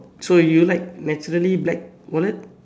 so you like naturally black wallet